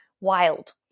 wild